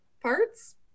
parts